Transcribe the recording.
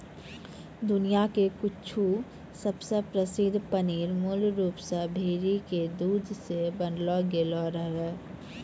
दुनिया के कुछु सबसे प्रसिद्ध पनीर मूल रूप से भेड़ी के दूध से बनैलो गेलो रहै